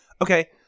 Okay